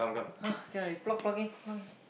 !huh! can already plug plug in plug in